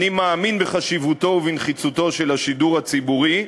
אני מאמין בחשיבותו ובנחיצותו של השידור הציבורי,